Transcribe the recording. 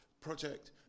project